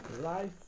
life